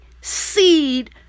seed